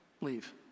Leave